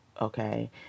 okay